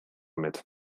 mit